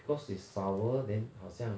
because it's sour then 好像